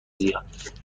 زیاد